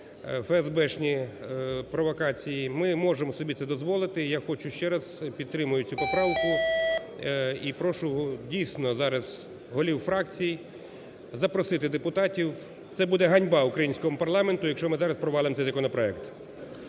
феесбешні провокації, ми можемо собі це дозволити. І я хочу ще раз… Підтримую цю поправку. І прошу, дійсно, зараз голів фракцій запросити депутатів. Це буде ганьба українському парламенту, якщо ми зараз провалим цей законопроект.